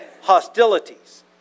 Hostilities